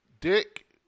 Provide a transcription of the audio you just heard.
Dick